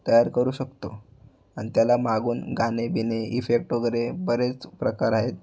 तयार करू शकतो आणि त्याला मागून गाणे बीणे इफेक्ट वगैरे बरेच प्रकार आहेत